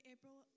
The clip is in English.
April